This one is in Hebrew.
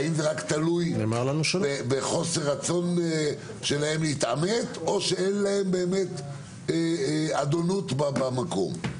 האם זה רק תלוי בחוסר רצון שלהם להתעמת או שאין להם באמת אדנות במקום?